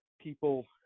people